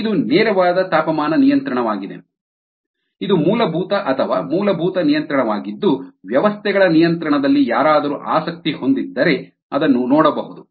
ಇದು ನೇರವಾದ ತಾಪಮಾನ ನಿಯಂತ್ರಣವಾಗಿದೆ ಇದು ಮೂಲಭೂತ ಅಥವಾ ಮೂಲಭೂತ ನಿಯಂತ್ರಣವಾಗಿದ್ದು ವ್ಯವಸ್ಥೆಗಳ ನಿಯಂತ್ರಣದಲ್ಲಿ ಯಾರಾದರೂ ಆಸಕ್ತಿ ಹೊಂದಿದ್ದರೆ ಅದನ್ನು ನೋಡಬಹುದು